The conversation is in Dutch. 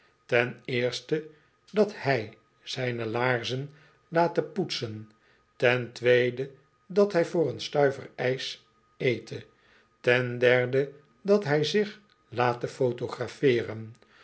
ten eerste dat hij znne laarzen late poetsen ten tweede dat hij voor een stuiver ijs ete ten derde dat hij zich late photographeeren